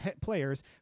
players